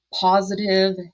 positive